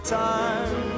time